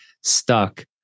stuck